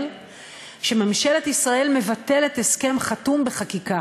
שממשלת ישראל מבטלת הסכם חתום בחקיקה,